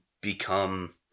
become